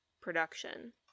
production